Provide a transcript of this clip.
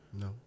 No